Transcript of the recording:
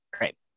Right